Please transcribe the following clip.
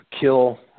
kill